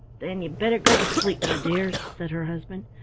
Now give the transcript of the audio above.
then you'd better go to sleep, my dear, said her husband.